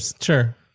sure